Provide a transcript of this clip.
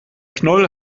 knoll